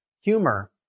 humor